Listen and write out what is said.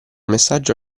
messaggio